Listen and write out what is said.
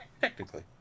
technically